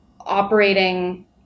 operating